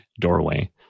doorway